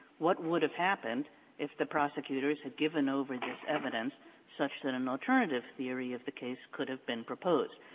what would have happened if the prosecutors had given over this evidence such that an alternative theory of the case could have been proposed?